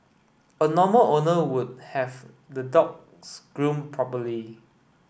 a normal owner would have the dogs groomed properly